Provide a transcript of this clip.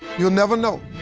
you'll never know.